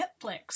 Netflix